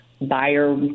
buyer